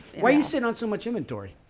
where you sit on so much inventory.